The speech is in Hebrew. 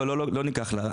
לא, לא ניקח לה.